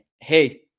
Hey